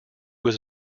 was